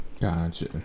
Gotcha